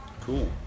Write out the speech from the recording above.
Cool